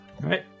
right